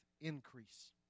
increase